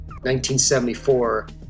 1974